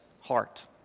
heart